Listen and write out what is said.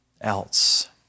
else